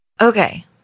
Okay